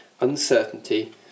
uncertainty